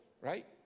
right